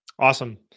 Awesome